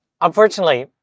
unfortunately